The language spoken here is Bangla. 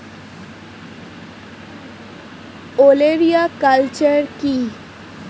ওলেরিয়া কালচার কি?